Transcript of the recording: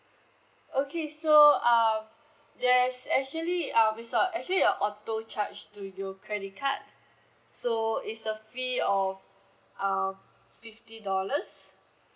okay so um yes actually um is a actually is a auto charge to your credit card so it's a fee of um fifty dollars